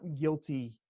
guilty